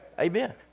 Amen